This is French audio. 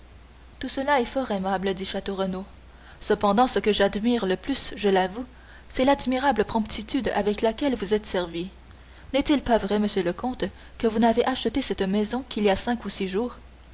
tout cela est fort aimable dit château renaud cependant ce que j'admire le plus je l'avoue c'est l'admirable promptitude avec laquelle vous êtes servi n'est-il pas vrai monsieur le comte que vous n'avez acheté cette maison qu'il y a cinq ou six jours